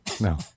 No